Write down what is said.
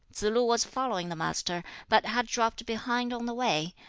tsz-lu was following the master, but had dropped behind on the way,